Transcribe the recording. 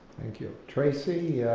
thank you tracey,